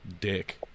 dick